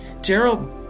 Gerald